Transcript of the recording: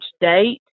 date